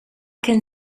can